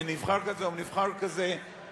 מנבחר כזה או מנבחר כזה או מנבחר כזה,